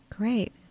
Great